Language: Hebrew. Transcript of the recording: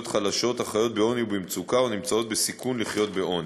חלשות החיות בעוני ובמצוקה ונמצאות בסיכון לחיות בעוני.